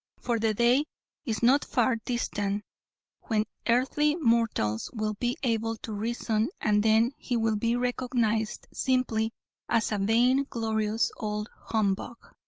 for the day is not far distant when earthly mortals will be able to reason and then he will be recognized simply as a vain-glorious old humbug.